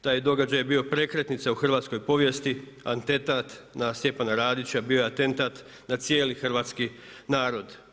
Taj je događaj bio prekretnica u hrvatskoj povijesti atentat na Stjepana Radića bio je atentat na cijeli hrvatski narod.